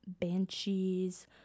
Banshees